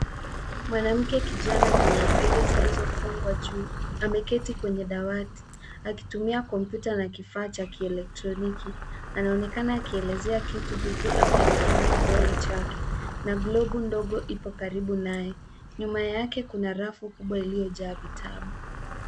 Mwanamke kijana mwenye nywele zilizofungwa juu ameketi kwenye dawati, akitumia kompyuta na kifaa cha kielektroniki. Anaonekana akielezea kitu huku akielekeza na kidole chake. Na globu ndogo ipo karibu naye. Nyuma yake kuna rafu kubwa iliyojaa vitabu.